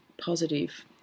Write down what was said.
positive